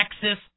Texas